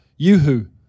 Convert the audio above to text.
Yoohoo